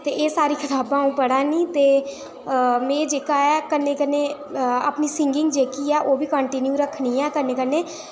ते एह् सारी कताबां अ'ऊं पढ़ा नी ते में जेह्का ऐ कन्नै कन्नै अपनी सिंगिंग जेह्की ऐ ओह् बी कंटिन्यू रक्खनी ऐ कन्नै कन्नै